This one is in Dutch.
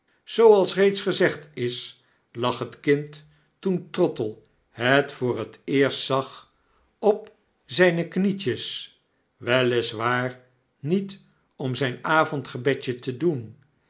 zooals reeds gezegd is lag het kind toen trottle het voor het eerst zag op zjne knietjes wel is waar niet om zyn avondgebedje te doen